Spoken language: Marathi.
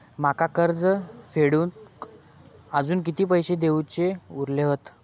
माका कर्ज फेडूक आजुन किती पैशे देऊचे उरले हत?